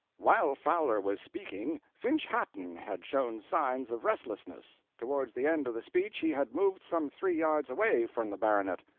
while fowler was speaking finch-hatton had shewn signs of restlessness towards the end of the speech he had moved some three yards away from the baronet.